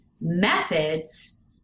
methods